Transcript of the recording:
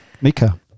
mika